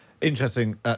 Interesting